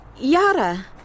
Yara